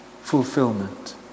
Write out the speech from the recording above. fulfillment